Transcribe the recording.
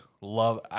Love